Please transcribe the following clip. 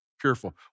careful